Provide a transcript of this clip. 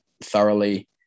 thoroughly